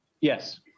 Yes